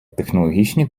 технологічні